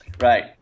Right